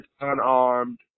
unarmed